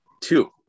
Two